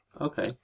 Okay